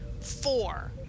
four